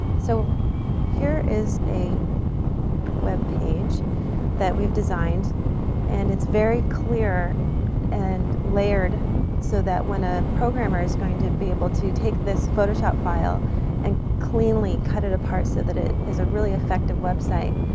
so here is a webpage that we've designed and it's very clear and layered so that when a programmer is going to be able to take this photoshop file and cleanly cut it apart so that it is a really effective website.